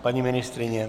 Paní ministryně?